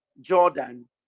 Jordan